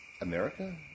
America